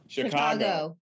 Chicago